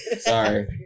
Sorry